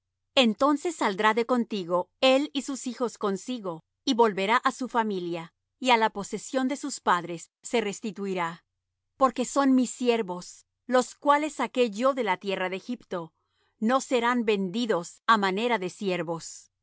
entonces saldrá de contigo él y sus hijos consigo y volverá á su familia y á la posesión de sus padres se restituirá porque son mis siervos los cuales saqué yo de la tierra de egipto no serán vendidos á manera de siervos